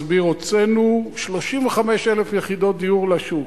מסביר: הוצאנו 35,000 יחידות דיור לשוק.